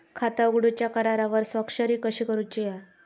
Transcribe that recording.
खाता उघडूच्या करारावर स्वाक्षरी कशी करूची हा?